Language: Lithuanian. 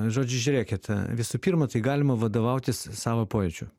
žodžiu žiūrėkit a visų pirma tai galima vadovautis savo pojūčiu